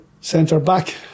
centre-back